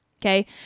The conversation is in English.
okay